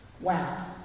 wow